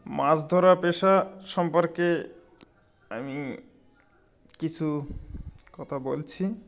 মাছ ধরা পেশা সম্পর্কে আমি কিছু কথা বলছি